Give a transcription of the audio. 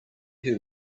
who